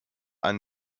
are